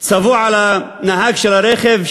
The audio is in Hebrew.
ציוו על הנהג של הרכב,